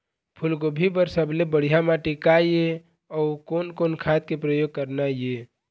फूलगोभी बर सबले बढ़िया माटी का ये? अउ कोन कोन खाद के प्रयोग करना ये?